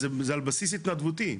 זה על בסיס התנדבותי.